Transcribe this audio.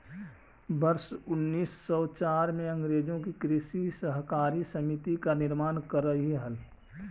वर्ष उनीस सौ चार में अंग्रेजों ने कृषि सहकारी समिति का निर्माण करकई हल